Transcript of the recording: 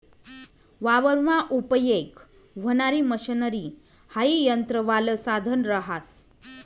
वावरमा उपयेग व्हणारी मशनरी हाई यंत्रवालं साधन रहास